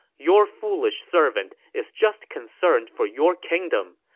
your foolish servant is just concerned for your kingdom.